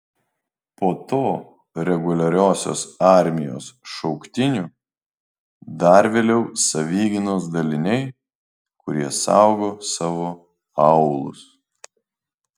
po to reguliariosios armijos šauktinių dar vėliau savigynos daliniai kurie saugo savo aūlus